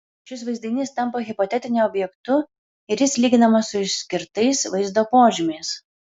šis vaizdinys tampa hipotetiniu objektu ir jis lyginamas su išskirtais vaizdo požymiais